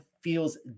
feels